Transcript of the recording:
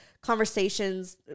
conversations